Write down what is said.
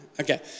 Okay